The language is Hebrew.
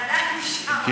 אבל עדיין נשאר,